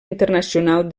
internacional